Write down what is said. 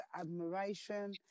admiration